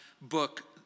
book